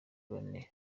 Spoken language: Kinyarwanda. bene